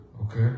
okay